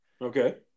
Okay